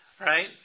Right